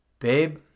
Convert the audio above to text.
Babe